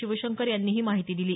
शिवशंकर यांनी ही माहिती दिली